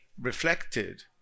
reflected